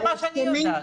זה מה שאני יודעת,